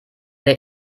der